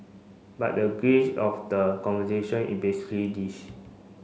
but the gist of the conversation it is this